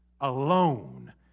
alone